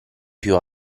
più